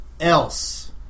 else